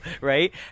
Right